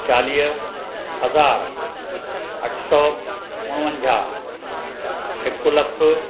चालीह हज़ार अठ सौ उणवंजाह हिकु लखु